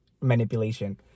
Manipulation